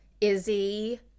Izzy